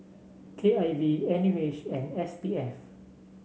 K I V N U H and S P F